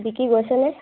বিক্ৰী গৈছেনে